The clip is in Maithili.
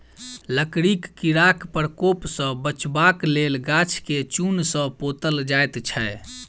लकड़ीक कीड़ाक प्रकोप सॅ बचबाक लेल गाछ के चून सॅ पोतल जाइत छै